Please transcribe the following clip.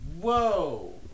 Whoa